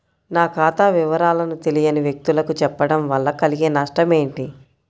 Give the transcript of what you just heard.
నా ఖాతా వివరాలను తెలియని వ్యక్తులకు చెప్పడం వల్ల కలిగే నష్టమేంటి?